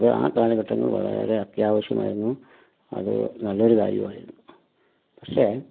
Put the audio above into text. അത് ആ കാലഘട്ടങ്ങളിൽ വളരെ അത്യാവശ്യമായിരുന്നു അത് നല്ലൊരു കാര്യവായിരുന്നു പക്ഷേ